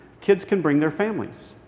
kids can bring their families.